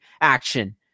action